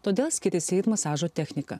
todėl skiriasi ir masažo technika